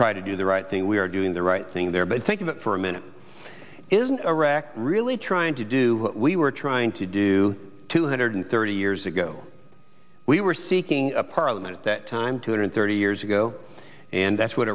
try to do the right thing we are doing the right thing there but think about it for a minute isn't iraq really trying to do we were trying to do two hundred thirty years ago we were seeking a parliament that time two hundred thirty years ago and that's what